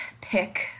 pick